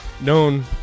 known